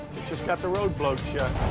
it's just got the road blowed shut.